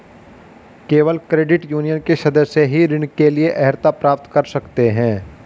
केवल credit union के सदस्य ही ऋण के लिए अर्हता प्राप्त कर सकते हैं